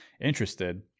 interested